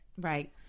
right